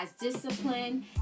discipline